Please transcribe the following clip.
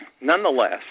Nonetheless